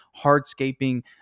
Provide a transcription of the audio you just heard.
hardscaping